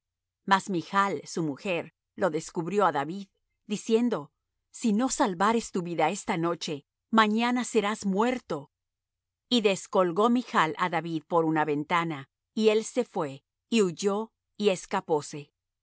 mas michl su mujer lo descubrió á david diciendo si no salvares tu vida esta noche mañana serás muerto y descolgó michl á david por una ventana y él se fué y huyó y escapóse